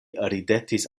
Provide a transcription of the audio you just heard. ridetis